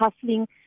hustling